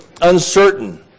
uncertain